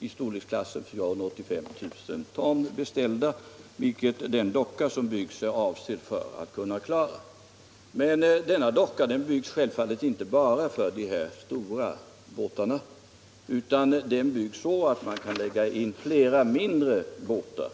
i storleksklassen 485 000 ton beställda, vilket den docka som byggs är avsedd att kunna klara. Men denna docka byggs självfallet inte bara för dessa stora båtar, utan den byggs så att man där skall kunna lägga in flera mindre båtar.